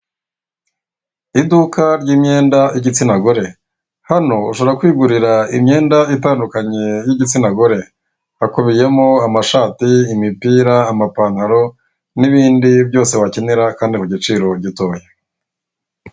Iduka ry'imyenda y'igitsina gore, hano ushobora kwigurira imyenda itandukanye y'igitsina gore hakubiyemo amashati, imipira, amapantaro n'ibindi byose wakenera kandi ku giciro gitoya.